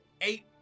eight